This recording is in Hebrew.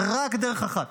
רק דרך אחת.